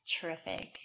Terrific